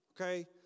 Okay